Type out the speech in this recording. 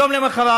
יום למוחרת,